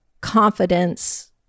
confidence